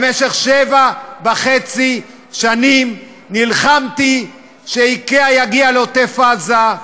במשך שבע שנים וחצי נלחמתי ש"איקאה" תגיע לעוטף-עזה,